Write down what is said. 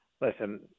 listen